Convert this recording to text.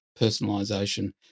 personalization